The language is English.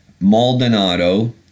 Maldonado